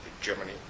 Germany